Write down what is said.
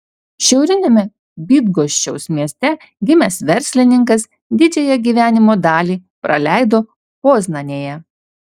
šiauriniame bydgoščiaus mieste gimęs verslininkas didžiąją gyvenimo dalį praleido poznanėje